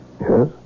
Yes